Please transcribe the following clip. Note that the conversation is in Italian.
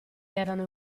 erano